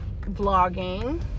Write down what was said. vlogging